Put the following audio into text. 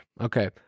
okay